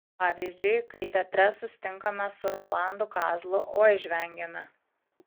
pavyzdžiui kai teatre susitinkame su rolandu kazlu oi žvengiame